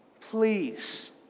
Please